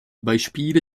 beispiele